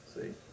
See